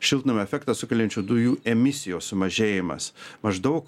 šiltnamio efektą sukeliančių dujų emisijos sumažėjimas maždaug